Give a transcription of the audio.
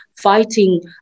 fighting